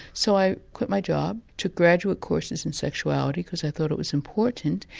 so i quit my job, took graduate courses in sexuality because i thought it was important,